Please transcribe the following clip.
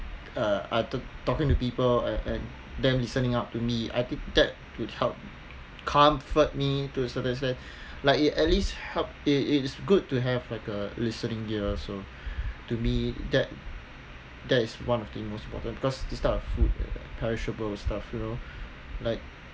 uh ta~ talking to people and and them listening up to me I think that could help comfort me to a certain extent like it at least help it it's good to have like a listening ear also to me that that's one of the most important because this type of food perishable stuff you know like